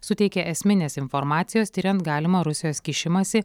suteikė esminės informacijos tiriant galimą rusijos kišimąsi